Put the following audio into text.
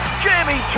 Jamie